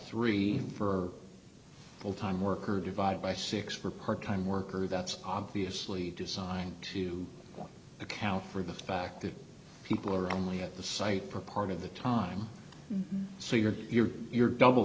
three for full time work or divide by six for part time worker that's obviously designed to account for the fact that people are only at the site per card of the time so you're you're you're double